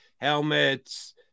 helmets